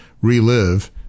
relive